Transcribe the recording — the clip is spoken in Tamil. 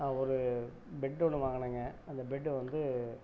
நான் ஒரு பெட் ஒன்று வாங்கனேங்க அந்த பெட் வந்து